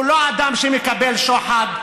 הוא לא אדם שמקבל שוחד,